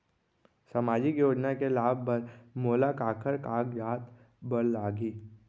सामाजिक योजना के लाभ बर मोला काखर कागजात बर लागही?